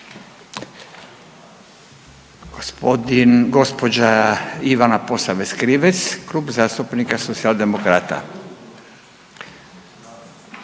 Gospodin, gospođa Ivana Posavec Krivec Klub zastupnika Socijaldemokrata.